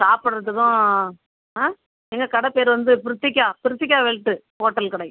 சாப்புடுறதுக்கும் ஆ எங்கள் கடை பெயரு வந்து பிரித்திகா பிரித்திகா வெல்ட்டு ஹோட்டல் கடை